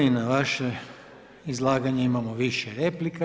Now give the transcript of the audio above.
I na vaše izlaganje imamo više replika.